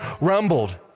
rumbled